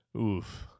Oof